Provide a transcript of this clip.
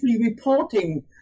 reporting